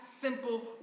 simple